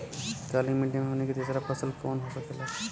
काली मिट्टी में हमनी के तीसरा फसल कवन हो सकेला?